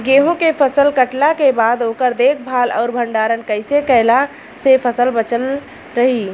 गेंहू के फसल कटला के बाद ओकर देखभाल आउर भंडारण कइसे कैला से फसल बाचल रही?